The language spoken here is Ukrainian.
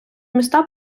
міста